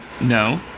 No